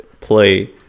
play